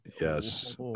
yes